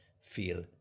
feel